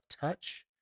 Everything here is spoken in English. touch